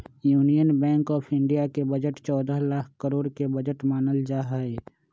union Bank of India के budget चौदह लाख करोड के बजट मानल जाहई